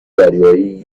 دریایی